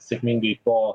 sėkmingai po